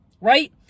right